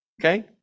Okay